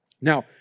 Now